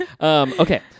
Okay